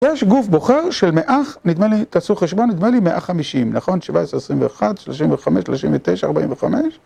יש גוף בוחר של 100, נדמה לי, תעשו חשבון, נדמה לי 150, נכון? 17, 21, 35, 39, 45.